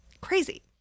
crazy